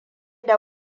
da